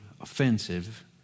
offensive